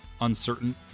uncertain